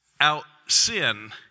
out-sin